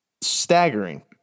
staggering